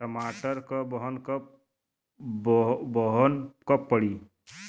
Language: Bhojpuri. टमाटर क बहन कब पड़ी?